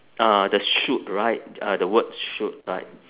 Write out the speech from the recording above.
ah the shoot right uh the word shoot